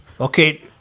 Okay